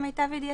למיטב ידיעתי.